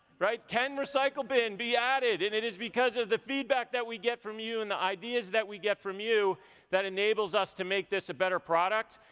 right? can recycle bin be added? and it is because of the feedback that we get from you and the ideas that we get from you that enables us to make this a better product,